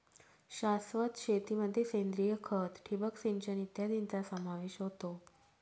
शाश्वत शेतीमध्ये सेंद्रिय खत, ठिबक सिंचन इत्यादींचा समावेश होतो